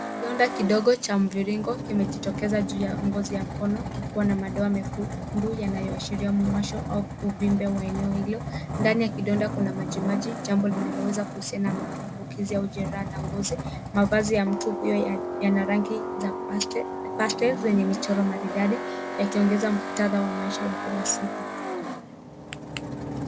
Kidonda kidogo cha mviringo kimejitokeza juu ya ngozi ya mkono kikiwa na madoa mekundu yanayoashiria mwasho au uvimbe wa eneo hilo. Ndani ya kidonda kuna majimaji jambo linaloweza kuhusiana na maambukizi au jeraha la ngozi. Mavazi ya mtu pia yana rangi za paste zenye michoro maridadi yakiongeza maisha ya muktadha wa kila siku.